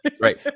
Right